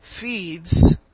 feeds